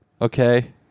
okay